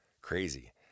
crazy